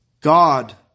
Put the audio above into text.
God